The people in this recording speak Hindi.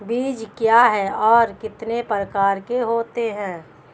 बीज क्या है और कितने प्रकार के होते हैं?